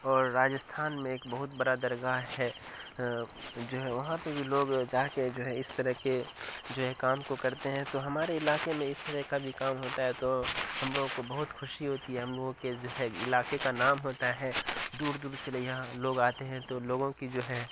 اور راجستھان میں ایک بہت برا درگاہ ہے جو ہے وہاں پہ بھی لوگ جا کے جو ہے اس طرح کے جو ہے کام کو کرتے ہیں تو ہمارے علاقے میں اس طرح کا بھی کام ہوتا ہے تو ہم لوگو کو بہت خوشی ہوتی ہے ہم لوگوں کے جو ہے علاقے کا نام ہوتا ہیں دور دور سے یہاں لوگ آتے ہیں تو لوگوں کی جو ہے